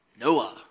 Noah